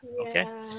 okay